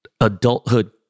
adulthood